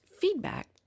feedback